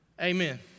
Amen